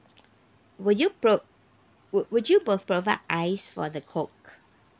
would you pro~ would would you pro~ provide ice for the coke